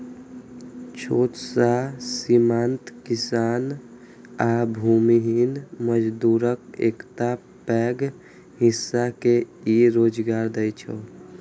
छोट आ सीमांत किसान आ भूमिहीन मजदूरक एकटा पैघ हिस्सा के ई रोजगार दै छै